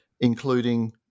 including